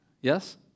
Yes